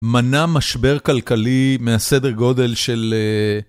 מנע משבר כלכלי מהסדר גודל של...